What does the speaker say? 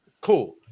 cool